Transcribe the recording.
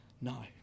No